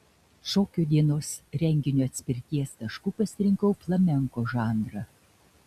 šokio dienos renginio atspirties tašku pasirinkau flamenko žanrą